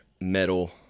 metal